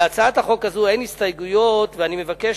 להצעת החוק הזאת אין הסתייגויות ואני מבקש